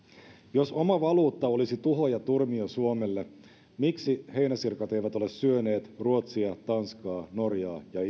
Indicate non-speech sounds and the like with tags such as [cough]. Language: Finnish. jos oma valuutta olisi tuho ja turmio suomelle miksi heinäsirkat eivät ole syöneet ruotsia tanskaa norjaa ja [unintelligible]